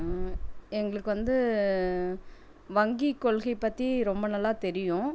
எங்களுக்கு வந்து வங்கிக்கொள்கை பற்றி ரொம்ப நல்லா தெரியும்